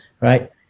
right